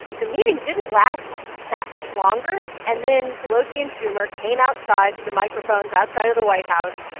the meeting didn't last that much longer. and then pelosi and schumer came outside to the microphones outside of the white house.